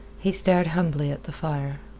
he stared humbly at the fire.